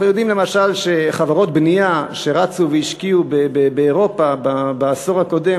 אנחנו יודעים למשל שחברות בנייה שרצו והשקיעו באירופה בעשור הקודם,